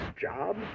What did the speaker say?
job